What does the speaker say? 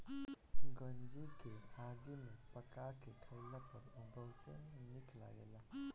गंजी के आगी में पका के खइला पर इ बहुते निक लगेला